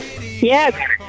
Yes